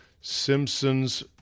Simpsons